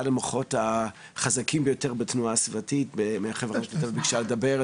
אחד המוחות החזקים ביותר מהתנועה הסביבתית ומהחבר'ה פה שביקשה לדבר.